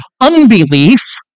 unbelief